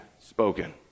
spoken